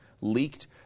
leaked